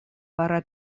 пора